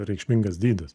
reikšmingas dydis